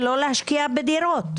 ולא להשקיע בדירות.